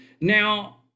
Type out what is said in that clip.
Now